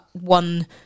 one